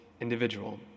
individual